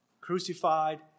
crucified